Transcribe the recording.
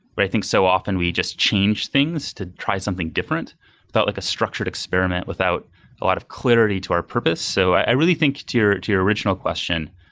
but i think so often we just change things to try something different without like a structured experiment, without a lot of clarity to our purpose. so i really think to your to your original question,